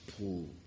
pool